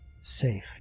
safe